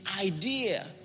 idea